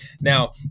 Now